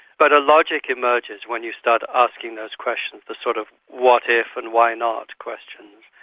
but a logic emerges when you start asking those questions, the sort of what if and why not questions,